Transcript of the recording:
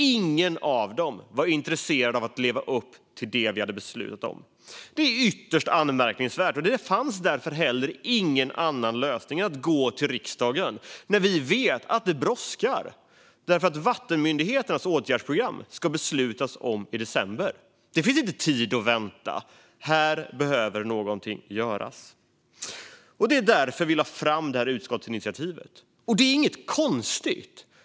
Ingen av dem var intresserad av att leva upp till det som vi hade beslutat om. Det är ytterst anmärkningsvärt. Det fanns därför ingen annan lösning än att gå till riksdagen, då vi vet att det brådskar eftersom det ska beslutas om vattenmyndigheternas åtgärdsprogram i december. Det finns inte tid att vänta. Här behöver någonting göras. Det var därför som vi lade fram utskottsinitiativet, och det är inget konstigt.